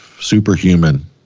superhuman